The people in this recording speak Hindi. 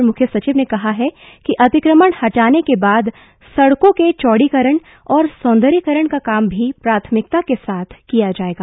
अपर मुख्य सचिव ने कहा कि अतिक्रमण हटाने के बाद सड़कों के चौड़ीकरण और सौन्दर्यीकरण का काम भी प्राथमिकता के साथ किया जाएगा